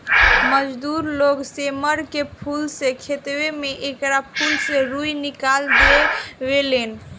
मजदूर लोग सेमर के फूल से खेतवे में एकरा फूल से रूई निकाल देवे लेन